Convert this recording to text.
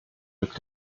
rückt